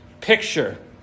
picture